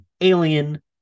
Alien